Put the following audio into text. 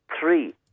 Three